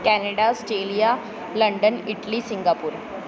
Canada Australia London Italy Singapore